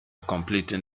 completing